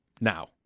now